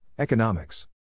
Economics